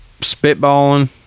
spitballing